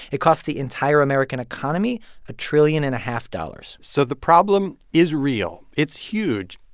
it cost the entire american economy a trillion and a half dollars so the problem is real. it's huge.